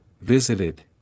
visited